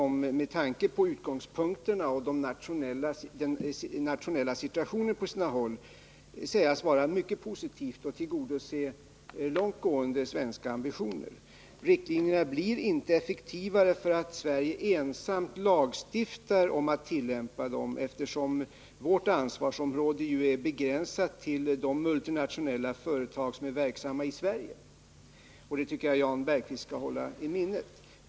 Med tanke på utgångspunkterna och de nationella situationerna på sina håll måste sägas att resultatet är mycket positivt och tillgodoser långt gående svenska ambitioner. Riktlinjerna blir inte effektivare för att Sverige ensamt lagstiftar om att tillämpa dem, eftersom vårt ansvarsområde är begränsat till de multinationella företag som är verksamma i Sverige. Det tycker jag Jan Bergqvist skall hålla i minnet.